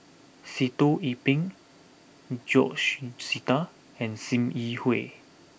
Sitoh Yih Pin George Sita and Sim Yi Hui